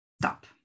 stop